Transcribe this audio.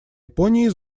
японии